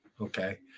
Okay